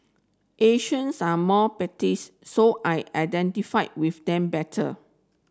Asians are more petites so I identify with them better